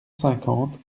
cinquante